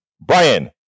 Brian